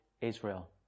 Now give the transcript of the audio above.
Israel